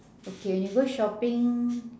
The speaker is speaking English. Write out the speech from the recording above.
okay when you go shopping